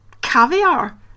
caviar